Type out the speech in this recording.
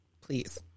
Please